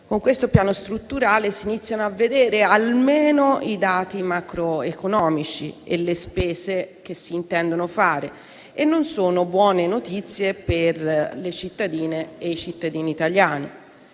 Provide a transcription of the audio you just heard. Con questo Piano strutturale si iniziano a vedere almeno i dati macroeconomici e le spese che si intendono fare - e non sono buone notizie per le cittadine e i cittadini italiani